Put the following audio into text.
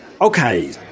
okay